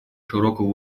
широкого